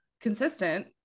consistent